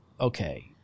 okay